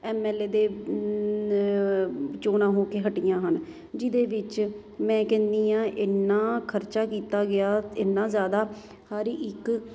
MLA ਦੇ ਚੋਣਾਂ ਹੋ ਕੇ ਹਟੀਆਂ ਹਨ ਜਿਹਦੇ ਵਿੱਚ ਮੈਂ ਕਹਿੰਦੀ ਆਂ ਇੰਨਾਂ ਖਰਚਾ ਕੀਤਾ ਗਿਆ ਇੰਨਾਂ ਜ਼ਿਆਦਾ ਹਰ ਇੱਕ